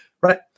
Right